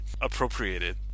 appropriated